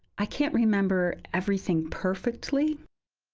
i can't remember everything perfectly.